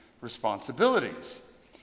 responsibilities